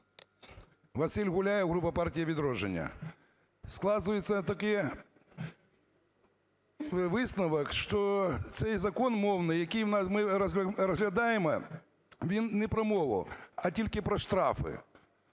Василь Гуляєв, група партії "Відродження". Складається такий висновок, що цей закон мовний, який ми розглядаємо, він не про мову, а тільки про штрафи.